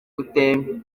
gute